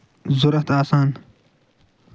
ضوٚرتھ آسان